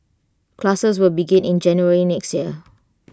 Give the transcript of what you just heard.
classes will begin in January next year